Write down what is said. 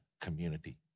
community